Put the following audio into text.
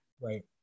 Right